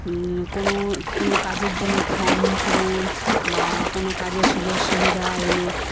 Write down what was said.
কোনো কোনো কাজের জন্য ফর্ম পূরণ বা কোনো কাজের সুযোগ সুবিধা এলে